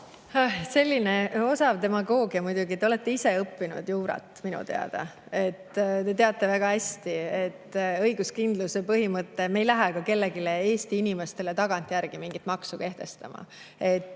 Osav demagoogia muidugi! Te olete ise õppinud juurat minu teada. Te teate väga hästi, et õiguskindluse põhimõte [kehtib], me ei lähe kellelegi, Eesti inimestele tagantjärele mingit maksu kehtestama.